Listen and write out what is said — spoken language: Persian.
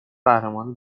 قهرمان